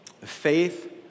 Faith